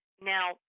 Now